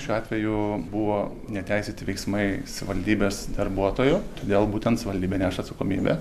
šiuo atveju buvo neteisėti veiksmai savivaldybės darbuotojų todėl būtent savivaldybė neša atsakomybę